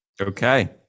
Okay